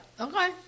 Okay